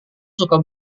suka